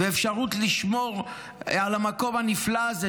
ואפשרות לשמור על המקום הנפלא הזה,